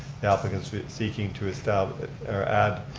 the applicants seeking to establish or add,